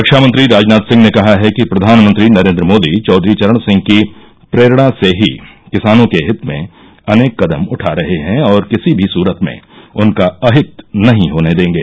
रक्षामंत्री राजनाथ सिंह ने कहा है कि प्रधानमंत्री नरेन्द्र मोदी चौधरी चरण सिंह की प्रेरणा से ही किसानों के हित में अनेक कदम उठा रहे हैं और किसी भी सुरत में उनका अहित नहीं होने देंगे